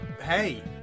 hey